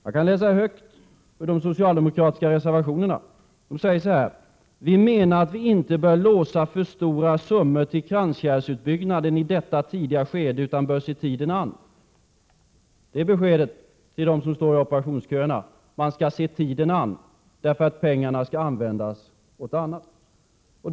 Jag kan läsa högt ur de socialdemokratiska reservationerna. De säger så här: Vi menar att vi inte bör låsa för stora summor till kranskärlsutbyggnaden i detta tidiga skede utan bör se tiden an. Det är beskedet till dem som står i operationsköerna: Man skall se tiden an därför att pengarna skall användas till annat.